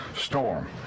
storm